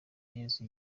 yesu